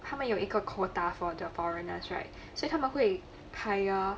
他们有一个 quota for the foreigners right 所以他们会 kaya